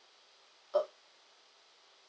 uh